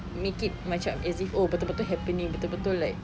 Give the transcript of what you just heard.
make it macam as if oh betul betul happening betul betul like